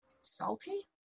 Salty